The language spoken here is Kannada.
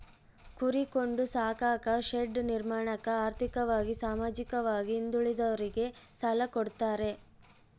ಕುರಿ ಕೊಂಡು ಸಾಕಾಕ ಶೆಡ್ ನಿರ್ಮಾಣಕ ಆರ್ಥಿಕವಾಗಿ ಸಾಮಾಜಿಕವಾಗಿ ಹಿಂದುಳಿದೋರಿಗೆ ಸಾಲ ಕೊಡ್ತಾರೆ